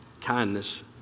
kindness